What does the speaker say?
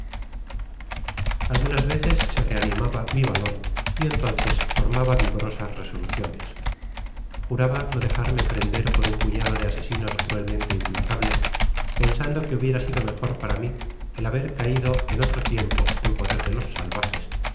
algunas veces se reanimaba mi valor y entonces formaba vigorosas resoluciones juraba no dejarme prender por un puñado de asesinos cruelmente implacables pensando que hubiera sido mejor para mi el haber caido en otro tiempo en poder de los salvajes